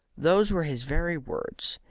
those were his very words.